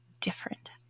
different